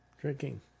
drinking